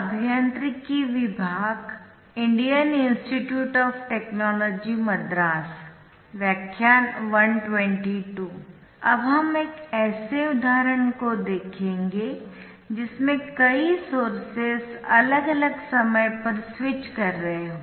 अब हम एक ऐसे उदाहरण को देखेंगे जिसमें कई सोर्सेस अलग अलग समय पर स्विच कर रहे हों